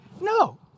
No